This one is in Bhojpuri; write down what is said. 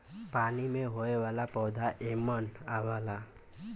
पानी में होये वाला पौधा एमन आवला